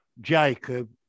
Jacob